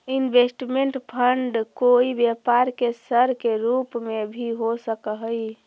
investment fund कोई व्यापार के सर के रूप में भी हो सकऽ हई